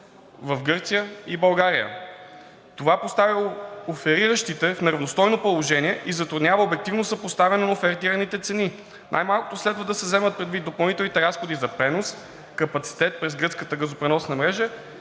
в Гърция и България. Това поставя опериращите в неравностойно положение и затруднява обективно съпоставяне от оферираните цени. Най-малко следва да се вземат предвид допълнителните разходи за пренос, капацитет през гръцката газопреносна мрежа